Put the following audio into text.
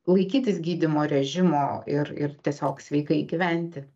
laikytis gydymo režimo ir ir tiesiog sveikai gyventi